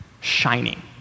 shining